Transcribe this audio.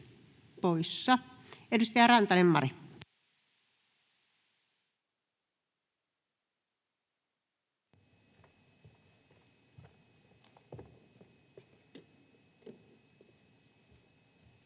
Edustaja Rantanen Mari.